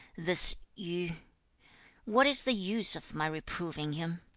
this yu what is the use of my reproving him